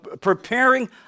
preparing